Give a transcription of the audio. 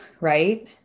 right